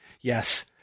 Yes